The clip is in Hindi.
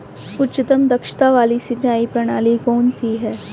उच्चतम दक्षता वाली सिंचाई प्रणाली कौन सी है?